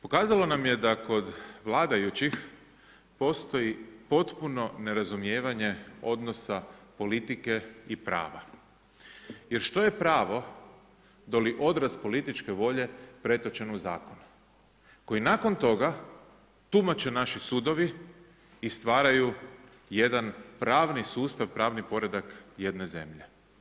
Pokazalo nam je da kod vladajućih postoji potpuno nerazumijevanje odnosa politike i prava jer što je pravo doli odraz političke volje pretočeno u zakon koji nakon toga tumače naši sudovi i stvaraju jedan pravni sustav, pravni poredak jedne zemlje.